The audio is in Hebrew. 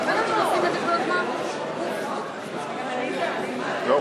ההצעה להסיר מסדר-היום את הצעת חוק ההוצאה לפועל (תיקון,